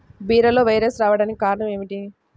బీరలో వైరస్ రావడానికి కారణం ఏమిటి?